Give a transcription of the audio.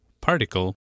particle